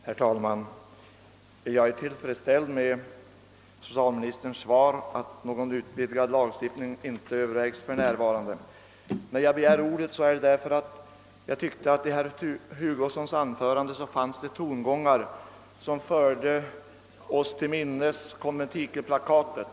Herr talman! Jag är tillfredsställd med socialministerns svar att någon utvidgad lagstiftning inte för närvarande övervägs. Jag begärde ordet emedan jag tyckte att det i herr Hugossons anförande fanns tongångar som förde tankarna till konventikelplakatet.